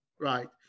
right